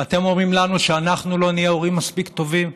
ואתם אומרים לנו שאנחנו לא נהיה הורים מספיק טובים?